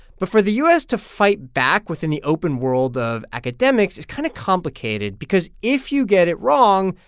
but for the u s. to fight back within the open world of academics, it's kind of complicated because if you get it wrong,